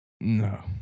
No